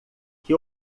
que